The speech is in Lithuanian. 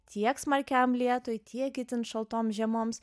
tiek smarkiam lietui tiek itin šaltom žiemoms